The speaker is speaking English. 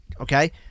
Okay